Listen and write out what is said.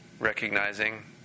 Recognizing